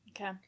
Okay